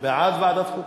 בעד, ועדת חוקה.